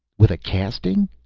with a casting?